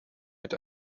mit